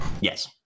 yes